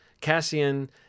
Cassian